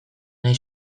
nahi